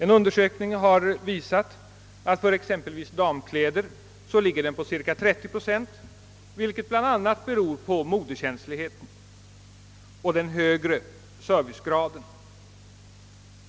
En undersökning från 1963 visar att marginalen exempelvis när det gäller damkläder är cirka 30 procent, vilket bl.a. beror på modekänsligheten och den högre servicegraden.